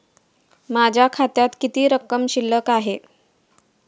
माझ्या खात्यात किती रक्कम शिल्लक आहे?